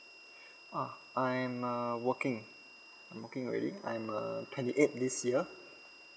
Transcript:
ah I'm uh working I'm working already I'm uh twenty eight this year